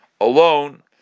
alone